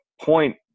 point